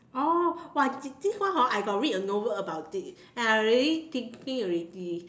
oh !wah! this this one hor I got read a novel about it and I already thinking already